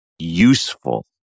useful